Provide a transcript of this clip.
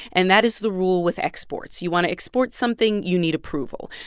and that is the rule with exports. you want to export something? you need approval.